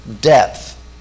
depth